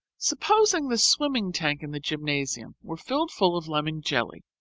supposing the swimming tank in the gymnasium were filled full of lemon jelly,